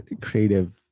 creative